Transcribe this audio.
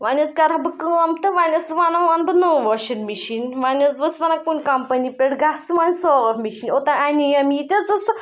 وۄنۍ حظ کَرٕ ہا بہٕ کٲم تہٕ وۄنۍ ٲسٕس وَنان وۄنۍ اَنہٕ بہٕ نٔو واشنٛگ مِشیٖن وۄنۍ حظ بہٕ ٲسٕس وَنان کُنہِ کَمپٔنی پٮ۪ٹھ گژھٕ وۄنۍ صاف مِشیٖن اوٚتانۍ اَنے یَم یہِ تہِ حظ ٲس